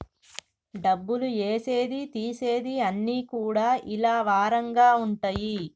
డబ్బులు ఏసేది తీసేది అన్ని కూడా ఇలా వారంగా ఉంటయి